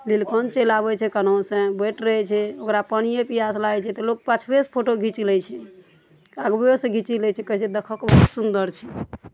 निलकंठ चलि आबै छै कनहुँ सऽ बैठ रहै छै ओकरा पानिये पियास लागै छै तऽ लोक पाछुए से फोटो घीचि लै छै तऽ आगुए सए घीचि लै छै कहै छै देखक हौ बहुत सुन्दर छै